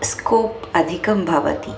scope अधिकं भवति